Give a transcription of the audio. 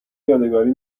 یادگاری